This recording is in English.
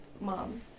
mom